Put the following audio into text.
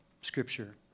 Scripture